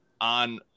on